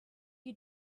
you